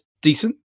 decent